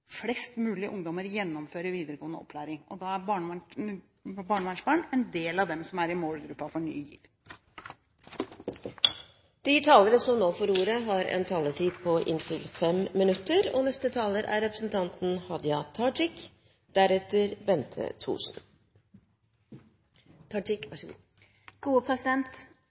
flest mulig ungdommer gjennomfører videregående opplæring. Da er barnevernsbarn en del av dem som er i målgruppen for